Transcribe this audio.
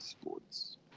sports